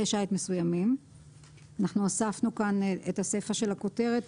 שיט מסוימים 17. הוספנו כאן את הסיפא של הכותרת,